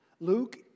Luke